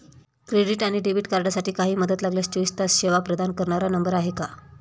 Credit आणि debit कार्डसाठी काही मदत लागल्यास चोवीस तास सेवा प्रदान करणारा नंबर आहे का?